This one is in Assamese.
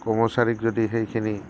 কৰ্মচাৰীক যদি সেইখিনি